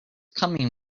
coming